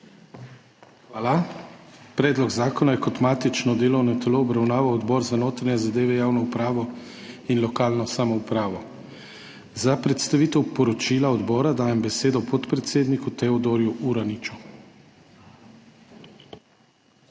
Hvala. Predlog zakona je kot matično delovno telo obravnaval Odbor za notranje zadeve, javno upravo in lokalno samoupravo. Za predstavitev poročila odbora dajem besedo podpredsedniku Teodorju Uraniču.